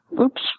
Oops